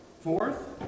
Fourth